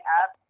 up